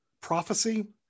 prophecy